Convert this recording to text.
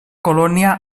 colònia